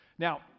Now